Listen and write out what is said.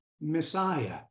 Messiah